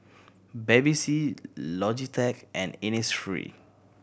Bevy C Logitech and Innisfree